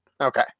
Okay